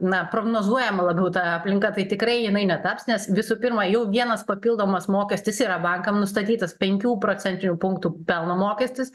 na prognozuojama labiau ta aplinka tai tikrai jinai netaps nes visų pirma jau vienas papildomas mokestis yra bankam nustatytas penkių procentinių punktų pelno mokestis